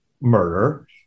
murder